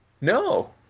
No